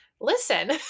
listen